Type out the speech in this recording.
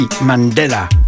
Mandela